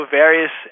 various